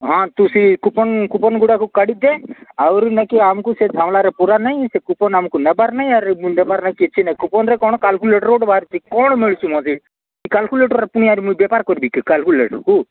ହଁ ତୁ ସେ କୁପନ୍ କୁପନ୍ଗୁଡ଼ାକୁ କାଢ଼ିଦେ ଆହୁରି ନାଇ କି ଆମକୁ ସେ ଝାମେଲାରେ ପୁରା ନାଇଁ ସେ କୁପନ୍ ଆମକୁ ନେବାର ନାହିଁ ଆର ଦେବାର କିଛି ନାହିଁ କୁପନ୍ରେ କ'ଣ କାଲ୍କୁଲେଟର୍ ବାହାରୁଛି ସେ କ'ଣ ମିଳୁଛି କାଲ୍କୁଲେଟର୍ ପୁଣି ୟା ମୁଁ ବ୍ୟାପର କରିବି କାଲ୍କୁଲେଟର୍କୁ